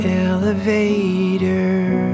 elevator